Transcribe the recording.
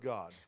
God